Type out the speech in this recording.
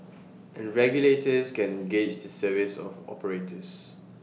and regulators can gauge the service of operators